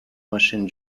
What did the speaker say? machine